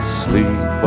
sleep